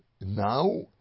now